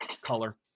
color